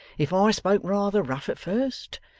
if i spoke rather rough at first.